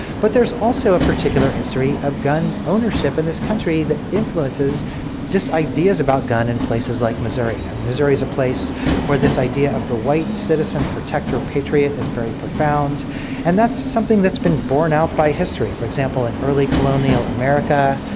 but there's also a particular history of gun ownership in this country that influences just ideas about gun in places like missouri. missouri is a place where this idea of the white citizen protector of patriot is very profound and that's something that's been borne out by history. for example, in early colonial america,